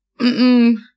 Mm-mm